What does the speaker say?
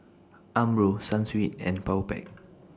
Umbro Sunsweet and Powerpac